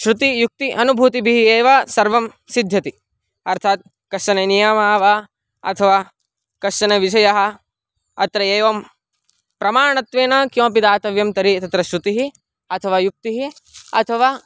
श्रुति युक्ति अनुभूतिभिः एव सर्वं सिद्ध्यति अर्थात् कश्चन नियमः वा अथवा कश्चन विषयः अत्र एवं प्रमाणत्वेन किमपि दातव्यं तर्हि तत्र श्रुतिः अथवा युक्तिः अथवा